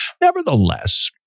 Nevertheless